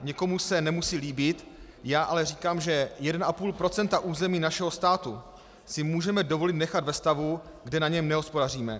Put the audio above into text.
Někomu se nemusí líbit, já ale říkám, že 1,5 % území našeho státu si můžeme dovolit nechat ve stavu, kde na něm nehospodaříme.